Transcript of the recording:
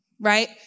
right